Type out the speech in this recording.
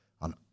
on